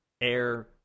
air